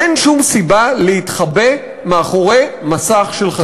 אין שום סיבה להתחבא מאחורי מסך של חשאיות.